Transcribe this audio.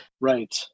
Right